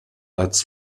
als